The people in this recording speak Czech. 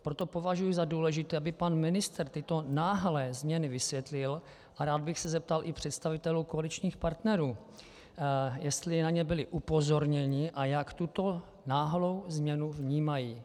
Proto považuji za důležité, aby pan ministr tyto náhlé změny vysvětlil, a rád bych se zeptal i představitelů koaličních partnerů, jestli na ně byli upozorněni a jak tuto náhlou změnu vnímají.